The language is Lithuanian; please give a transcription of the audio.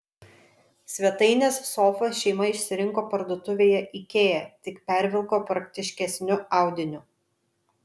svetainės sofą šeima išsirinko parduotuvėje ikea tik pervilko praktiškesniu audiniu